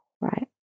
right